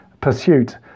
pursuit